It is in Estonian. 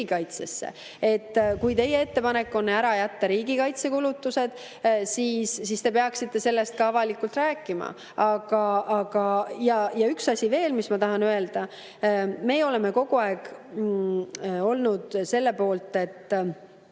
Kui teie ettepanek on ära jätta riigikaitsekulutused, siis te peaksite sellest ka avalikult rääkima. Üks asi veel, mis ma tahan öelda: meie oleme kogu aeg olnud selle poolt, et